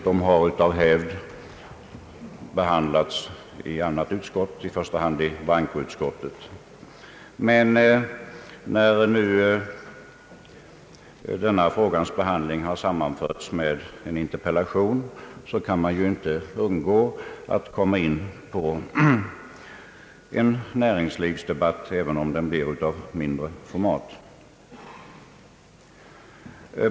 De har av hävd behandlats i annat utskott, i första hand bankoutskottet. Men när nu denna frågas behandling har sammanförts med en interpellation, kan man ju inte undgå att komma in på en näringslivsdebatt, även om den blir av mindre format.